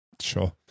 Sure